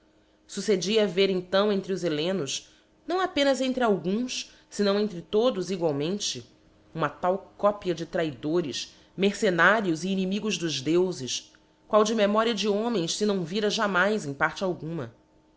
fingular succedia haver então entre os hellenos não apenas entre alguns fenâo entre todos egualmente uma tal copia de traidores mercenários e inimigos dos deufes qual de memoria de homens fe não vira jamais em parte alguma